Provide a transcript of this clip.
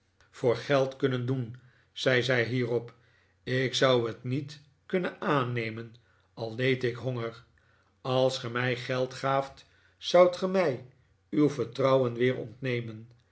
mijn tante kunnen doen zei zij hierop ik zou het niet kunnen aannemen al leed ik honger als ge mij geld gaaft zoudt ge mij uw vertrouwen weer ontnemen